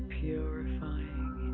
purifying